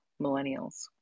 millennials